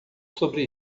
sobre